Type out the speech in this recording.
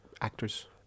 actors